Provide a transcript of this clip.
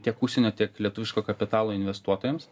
tiek užsienio tiek lietuviško kapitalo investuotojams